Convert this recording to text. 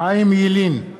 חיים ילין,